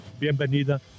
bienvenida